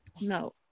No